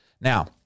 Now